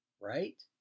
right